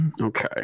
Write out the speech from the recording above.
Okay